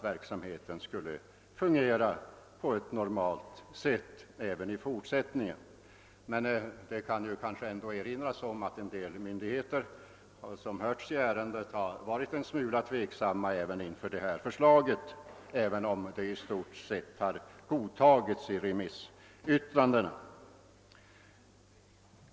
Verksamheten skulle med andra ord fungera på ett normalt sätt även i fortsättningen. Men det kanske kan erinras om att en del myndigheter som hörts i ärendet varit en smula tveksamma inför detta förslag, även om det i stort sett har godtagits i remissyttrandena.